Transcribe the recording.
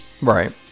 Right